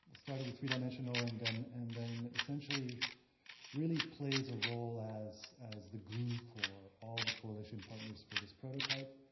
started with freedimensional, and then, and then essentially really plays a role as as the glue for all the coalition partners for this prototype,